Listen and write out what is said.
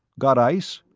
got ice?